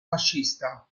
fascista